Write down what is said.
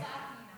--- שלוש דקות.